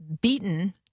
beaten